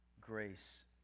grace